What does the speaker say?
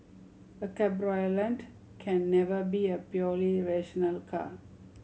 a cabriolet can never be a purely rational car